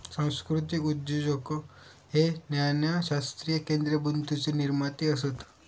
सांस्कृतीक उद्योजक हे ज्ञानशास्त्रीय केंद्रबिंदूचे निर्माते असत